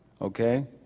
okay